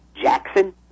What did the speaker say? Jackson